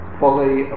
fully